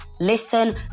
listen